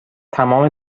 تمام